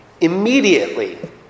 Immediately